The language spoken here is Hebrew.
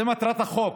זו מטרת החוק,